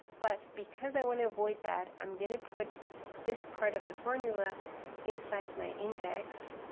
but because i want to avoid that i'm going to put this part of the formula inside my index,